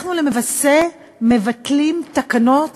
אנחנו למעשה מבטלים תקנות